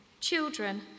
children